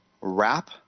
wrap